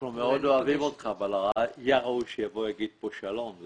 אנחנו מאוד אוהבים אותך אבל היה ראוי שיבוא ויאמר כאן שלום.